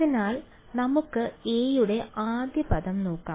അതിനാൽ നമുക്ക് a യുടെ ആദ്യ പദം നോക്കാം